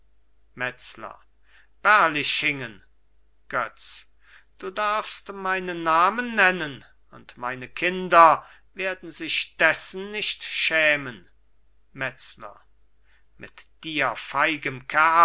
metzler berlichingen götz du darfst meinen namen nennen und meine kinder werden sich dessen nicht schämen metzler mit dir feigem